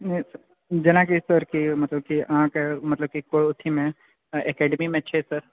नहि सर जेनाकि सर की मतलब की अहाँकेँ मतलब की को अथीमे एकडेमीमे छै सर